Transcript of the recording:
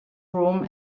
room